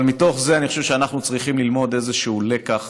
אבל מתוך זה אני חושב שאנחנו צריכים ללמוד איזשהו לקח